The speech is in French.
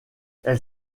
elle